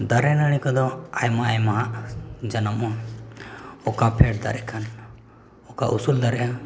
ᱫᱟᱨᱮᱼᱱᱟᱹᱲᱤ ᱠᱚᱫᱚ ᱟᱭᱢᱟᱼᱟᱭᱢᱟ ᱡᱟᱱᱟᱢᱚᱜᱼᱟ ᱚᱠᱟ ᱯᱷᱮᱰ ᱫᱟᱨᱮᱜ ᱠᱷᱟᱱ ᱚᱠᱟ ᱩᱥᱩᱠᱞ ᱫᱟᱨᱮᱜᱼᱟ